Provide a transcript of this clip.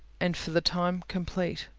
and for the time complete.